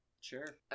Sure